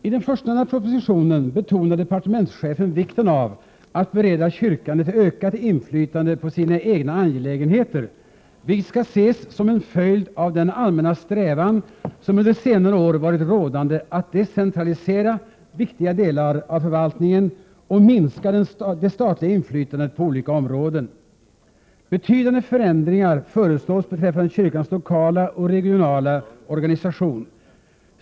I den förstnämnda propositionen betonar departementschefen vikten av att bereda kyrkan ett ökat inflytande på sina egna angelägenheter, vilket skall ses som en följd av den allmänna strävan som under senare år varit rådande att decentralisera viktiga delar av förvaltningen och minska det statliga inflytandet på olika områden. Betydande förändringar föreslås beträffande kyrkans lokala och regionala organisation.